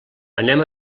anem